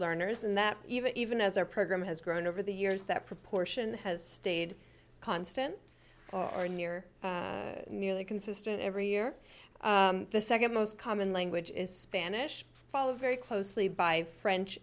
learners and that even even as our program has grown over the years that proportion has stayed constant or near nearly consistent every year the nd most common language is spanish followed very closely by french